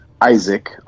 Isaac